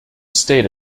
state